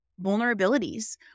vulnerabilities